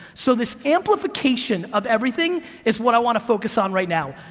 so, this amplification of everything is what i want to focus on right now,